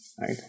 Right